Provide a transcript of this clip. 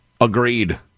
Agreed